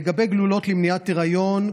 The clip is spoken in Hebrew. לגבי גלולות למניעת היריון,